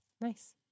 nice